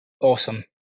awesome